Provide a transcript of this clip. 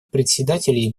председателей